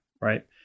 right